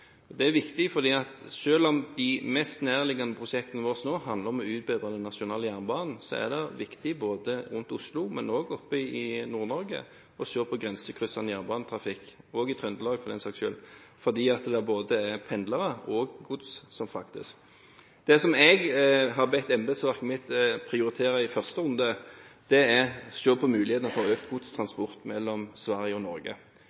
Det er viktig, for selv om de mest nærliggende prosjektene våre nå handler om å utbedre den nasjonale jernbanen, er det viktig ikke bare rundt Oslo, men også oppe i Nord-Norge, å se på grensekryssende jernbanetrafikk – også i Trøndelag, for den saks skyld – fordi det er både pendlere og gods som fraktes. Det jeg har bedt embetsverket mitt prioritere i første runde, er å se på mulighetene for økt godstransport mellom Sverige og Norge.